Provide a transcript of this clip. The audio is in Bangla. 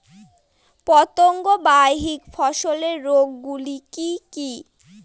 পতঙ্গবাহিত ফসলের রোগ গুলি কি কি?